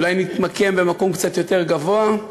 אולי נתמקם במקום קצת יותר גבוה,